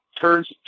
turns